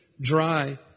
dry